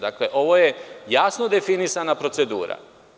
Dakle, ovo je jasno definisana procedura.